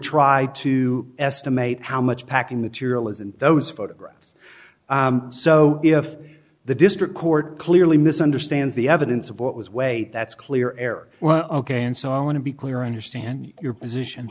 try to estimate how much packing material is in those photographs so if the district court clearly misunderstands the evidence of what was wait that's clear air well ok and so i want to be clear understand your